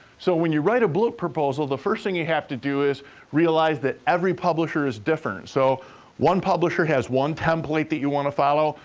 so, when you write a book proposal, the first thing you have to do is realize that every publisher is different. so one publisher has one template that you wanna follow,